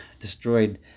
destroyed